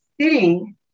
sitting